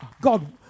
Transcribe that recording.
God